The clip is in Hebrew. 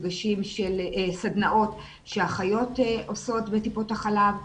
סדנאות שאחיות עושות בטיפות החלב,